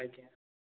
ଆଜ୍ଞା